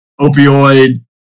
opioid